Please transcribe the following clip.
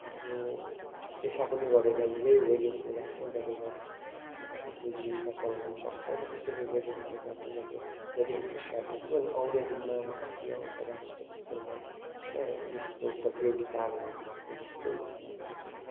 आफ्नो पेसा पनि गरेर यही वेडिङ फोटोग्राफ नै गरेर अब आफ्नो जीविका चलाउनु सक्छ होइन त्यसैले वेडिङ फोटोग्राफीमा चाहिँ धेरै इन्ट्रेस्ट राखेको छु अनि आउने दिनमा राष्ट्रिय अन्तराष्ट्रिय स्तरमा होइन यस्तो प्रतियोगिताहरूमा भाग लिने ठुलो इच्छा राखेको छु